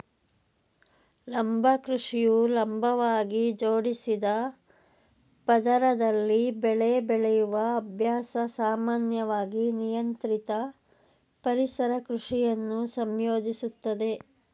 ಲಂಬ ಕೃಷಿಯು ಲಂಬವಾಗಿ ಜೋಡಿಸಿದ ಪದರದಲ್ಲಿ ಬೆಳೆ ಬೆಳೆಯುವ ಅಭ್ಯಾಸ ಸಾಮಾನ್ಯವಾಗಿ ನಿಯಂತ್ರಿತ ಪರಿಸರ ಕೃಷಿಯನ್ನು ಸಂಯೋಜಿಸುತ್ತದೆ